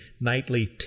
nightly